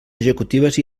executives